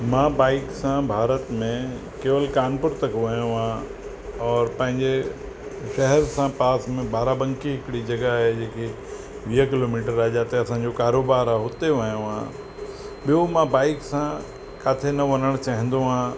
मां बाइक सां भारत में केवल कानपुर तक वियो आहियां और पंहिंजे शहर सां पास में बाराबंकी हिकिड़ी जॻह आहे जेकी वीह किलोमीटर आहे जाते असांजो कारोबार आहे हुते वियो आहियां ॿियो मां बाइक सां काथे न वञणु चाहींदो आहियां